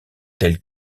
tel